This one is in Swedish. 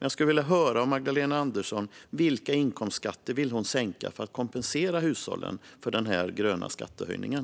Jag skulle vilja höra från Magdalena Andersson vilka inkomstskatter hon vill sänka för att kompensera hushållen för den här gröna skattehöjningen.